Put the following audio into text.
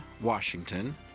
Washington